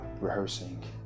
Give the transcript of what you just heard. rehearsing